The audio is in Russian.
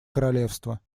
королевства